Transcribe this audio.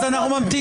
אז אנחנו ממתינים.